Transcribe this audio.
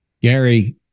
gary